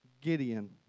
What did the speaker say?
Gideon